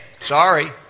Sorry